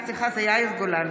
גולן,